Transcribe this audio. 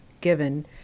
given